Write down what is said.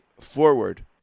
forward